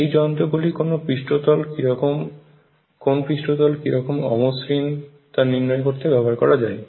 এই যন্ত্রগুলি কোন পৃষ্ঠতল কিরকম হয় এবং কোন পৃষ্ঠতল কিরকম অমসৃণ তা নির্ণয় করতে ব্যবহার করা যায়